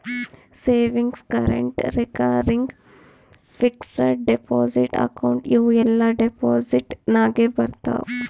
savings, current, recurring, fixed deposit account ಇವೂ ಎಲ್ಲಾ deposit ನಾಗೆ ಬರ್ತಾವ್